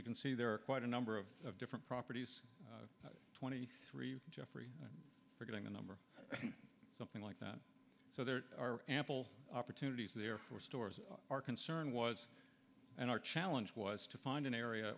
you can see there are quite a number of different properties twenty three geoffrey for getting the number something like that so there are ample opportunities there for stores our concern was and our challenge was to find an area